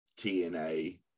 TNA